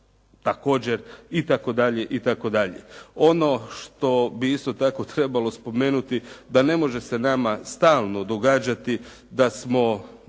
također itd., itd. Ono što bi isto tako trebalo spomenuti da ne može se nama stalno događati da smo,